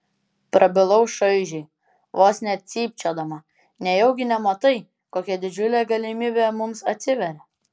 prabilau šaižiai vos ne cypčiodama nejaugi nematai kokia didžiulė galimybė mums atsiveria